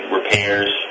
repairs